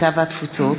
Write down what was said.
הקליטה והתפוצות